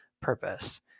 purpose